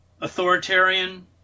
authoritarian